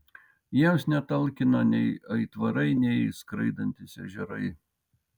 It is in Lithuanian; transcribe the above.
jiems netalkina nei aitvarai nei skraidantys ežerai